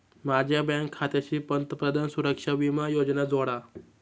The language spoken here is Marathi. माझ्या बँक खात्याशी पंतप्रधान सुरक्षा विमा योजना जोडा